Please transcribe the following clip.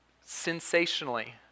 sensationally